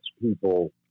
people